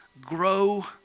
grow